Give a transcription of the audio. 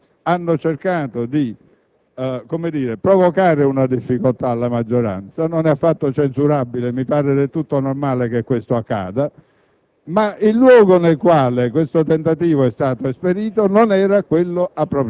Mi pare evidente che le forze dell'opposizione, legittimamente, hanno cercato di provocare una difficoltà alla maggioranza; non è affatto censurabile e mi pare del tutto normale che questo accada,